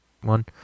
one